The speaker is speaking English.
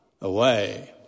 away